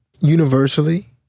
universally